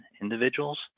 individuals